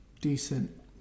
decent